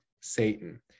Satan